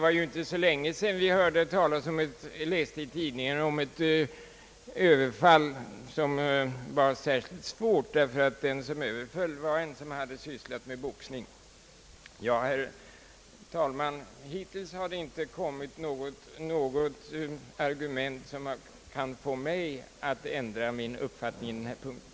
För inte så länge sedan läste vi i tidningen om ett överfall som var särskilt svårt eftersom det utförts av en som sysslat med boxning. Herr talman, hittills har det inte kommit fram något argument som kan få mig att ändra min uppfattning om boxningen.